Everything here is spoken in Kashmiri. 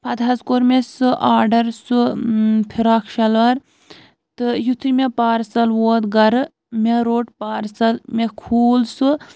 پَتہٕ حظ کوٚر مےٚ سُہ آرڈَر سُہ فِرٛاک شَلوار تہٕ یُتھُے مےٚ پارسَل ووت گَرٕ مےٚ روٚٹ پارسَل مےٚ کھوٗل سُہ